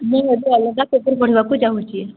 ମୁଁ ଏବେ ଅଲଗା ପେପର୍ ପଢ଼଼ିବାକୁ ଚାହୁଁଛି